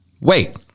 wait